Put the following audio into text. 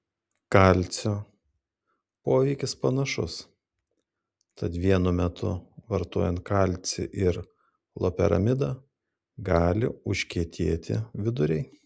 kalcio poveikis panašus tad vienu metu vartojant kalcį ir loperamidą gali užkietėti viduriai